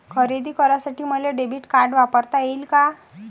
खरेदी करासाठी मले डेबिट कार्ड वापरता येईन का?